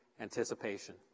anticipation